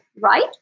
right